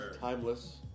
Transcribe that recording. Timeless